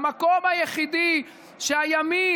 המקום היחיד שהימין,